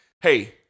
Hey